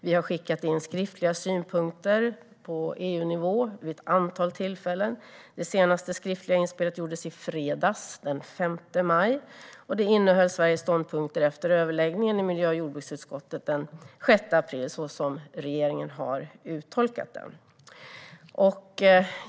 Vi har skickat in skriftliga synpunkter på EU-nivå vid ett antal tillfällen; det senaste skriftliga inspelet gjordes i fredags, den 5 maj, och det innehöll Sveriges ståndpunkter efter överläggningen i miljö och jordbruksutskottet den 6 april såsom regeringen har uttolkat den.